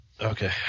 Okay